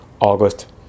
August